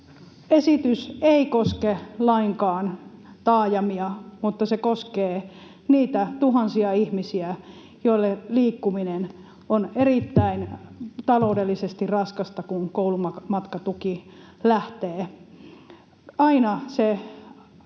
esitys ei koske lainkaan taajamia, mutta se koskee niitä tuhansia ihmisiä, joille liikkuminen on taloudellisesti erittäin raskasta, kun koulumatkatuki lähtee. Aina se